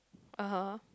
uh [huh]